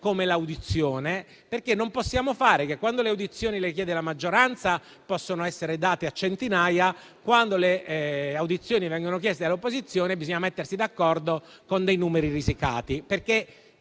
come l'audizione, perché non possiamo fare che quando le audizioni le chiede la maggioranza possono essere date a centinaia, quando le audizioni vengono chieste dall'opposizione bisogna mettersi d'accordo con dei numeri risicati.